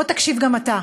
בוא תקשיב גם אתה,